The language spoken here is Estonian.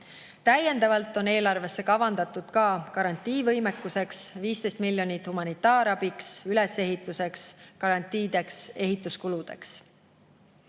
Täiendavalt on eelarvesse kavandatud garantiivõimekuseks 15 miljonit: humanitaarabiks, ülesehituseks, garantiideks, ehituskuludeks.